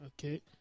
okay